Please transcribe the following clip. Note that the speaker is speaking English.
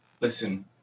listen